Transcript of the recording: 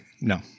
no